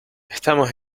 estamos